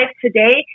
today